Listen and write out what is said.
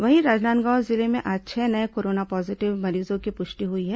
वहीं राजनांदगांव जिले में आज छह नये कोरोना पॉजीटिव मरीजों की पुष्टि हुई है